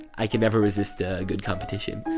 i can never resist ah a good competition.